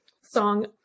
song